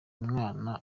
mwana